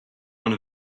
want